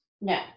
No